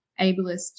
ableist